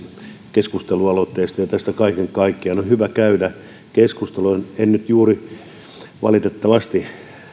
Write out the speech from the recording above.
keskustelualoitteesta ja tästä kaiken kaikkiaan on hyvä käydä keskustelua en nyt valitettavasti